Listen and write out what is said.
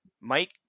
Mike